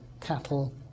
cattle